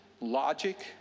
logic